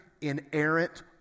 inerrant